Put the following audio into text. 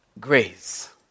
Grace